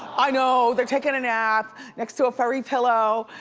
i know. they're taking a nap next to a furry pillow,